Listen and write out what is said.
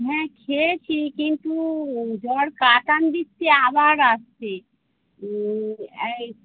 হ্যাঁ খেয়েছি কিন্তু জ্বর কাটান দিচ্ছে আবার আসছে অ্যাই